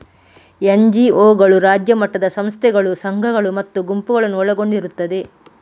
ಎನ್.ಜಿ.ಒಗಳು ರಾಜ್ಯ ಮಟ್ಟದ ಸಂಸ್ಥೆಗಳು, ಸಂಘಗಳು ಮತ್ತು ಗುಂಪುಗಳನ್ನು ಒಳಗೊಂಡಿರುತ್ತವೆ